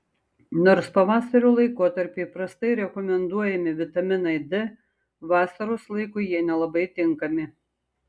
nors pavasario laikotarpiu įprastai rekomenduojami vitaminai d vasaros laikui jie nelabai tinkami